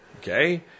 okay